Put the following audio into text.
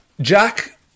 Jack